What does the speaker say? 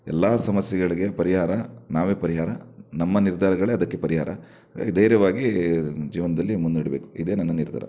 ಎಲ್ಲ ಸಮಸ್ಯೆಗಳಿಗೆ ಪರಿಹಾರ ನಾವೇ ಪರಿಹಾರ ನಮ್ಮ ನಿರ್ಧಾರಗಳೇ ಅದಕ್ಕೆ ಪರಿಹಾರ ಹಾಗಾಗಿ ಧೈರ್ಯವಾಗಿ ಜೀವನದಲ್ಲಿ ಮುನ್ನಡೀಬೇಕು ಇದೇ ನನ್ನ ನಿರ್ಧಾರ